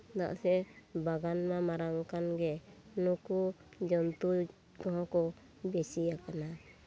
ᱪᱮᱫᱟᱜ ᱥᱮ ᱵᱟᱜᱟᱱ ᱢᱟ ᱢᱟᱨᱟᱝ ᱠᱟᱱ ᱜᱮ ᱱᱩᱠᱩ ᱡᱚᱱᱛᱩ ᱦᱚᱸᱠᱚ ᱵᱮᱥᱤᱭᱟᱠᱟᱱᱟ